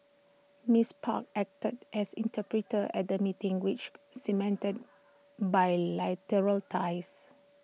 miss park acted as interpreter at the meeting which cemented bilateral ties